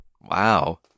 Wow